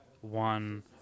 one